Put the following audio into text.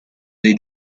dei